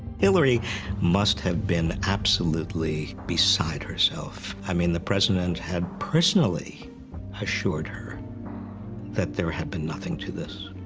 hillary must have been absolutely beside herself. i mean, the president had personally assured her that there had been nothing to this.